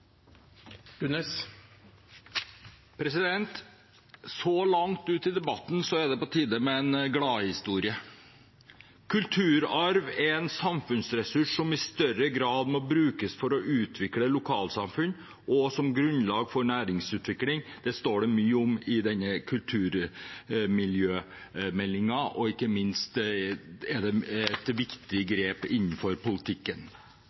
det på tide med en gladhistorie: Kulturarv er en samfunnsressurs som i større grad må brukes for å utvikle lokalsamfunn og som grunnlag for næringsutvikling – dette står det mye om i denne kulturmiljømeldingen. Ikke minst er det også et viktig grep innenfor politikken.